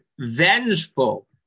vengeful